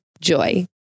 Joy